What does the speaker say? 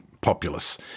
populace